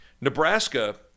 Nebraska